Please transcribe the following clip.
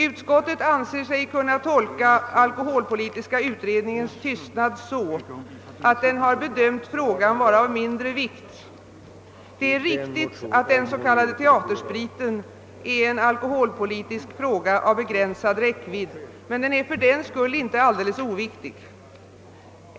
Utskottet anser sig kunna tolka alkoholpolitiska utredningens tystnad så, att denna bedömt frågan vara av mindre vikt. Det är riktigt att den s.k. teaterspriten är en alkoholpolitisk fråga av begränsad räckvidd, men den är fördenskull inte alldeles oviktig.